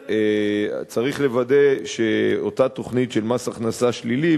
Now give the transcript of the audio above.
צריך לוודא שאותה תוכנית של מס הכנסה שלילי,